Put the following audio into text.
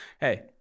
Hey